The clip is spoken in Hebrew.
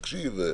תקשיב,